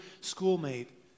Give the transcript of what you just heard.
schoolmate